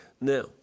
Now